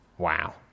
Wow